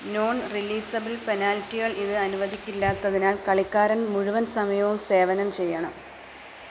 non releasable പെനാൽറ്റികൾ ഇത് അനുവദിക്കില്ലാത്തതിനാല് കളിക്കാരൻ മുഴുവൻ സമയവും സേവനം ചെയ്യണം